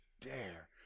dare